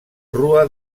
rua